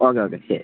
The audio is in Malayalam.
ഓക്കെ ഓക്കെ ശരി